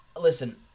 Listen